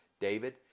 David